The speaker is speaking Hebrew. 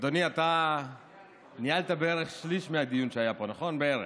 אדוני, אתה ניהלת בערך שליש מהדיון שהיה פה, בערך,